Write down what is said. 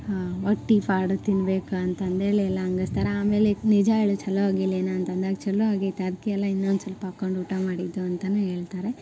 ಆ ಹೊಟ್ಟೆ ಪಾಡು ತಿನ್ನಬೇಕು ಅಂತಂದೇಳಿ ಎಲ್ಲ ಹಂಗಿಸ್ತಾರೆ ಆಮೇಲೆ ನಿಜ ಹೇಳು ಛಲೋ ಆಗಿಲ್ಲೇನು ಅಂತಂದಾಗ ಛಲೋ ಆಗಿದೆ ಅದಕ್ಕೆ ಅಲ್ಲ ಇನ್ನೊಂದು ಸ್ವಲ್ಪ ಹಾಕ್ಕೊಂಡು ಊಟ ಮಾಡಿದ್ದು ಅಂತನೂ ಹೇಳ್ತಾರೆ